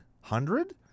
hundred